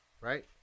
Right